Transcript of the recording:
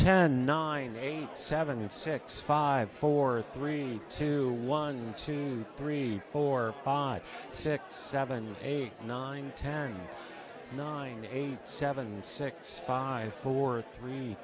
ten nine eight seven six five four three two one two three four five six seven eight nine ten nine eight seven six five four three